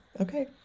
Okay